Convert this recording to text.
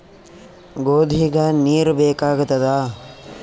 ಗೋಧಿಗ ನೀರ್ ಬೇಕಾಗತದ?